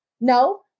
No